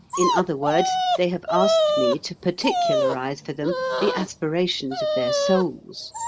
in other words, they have asked me to particularize for them the aspirations of their souls.